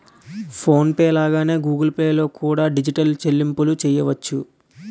phone pay లాగానే Google pay లో కూడా డిజిటల్ చెల్లింపులు చెయ్యొచ్చు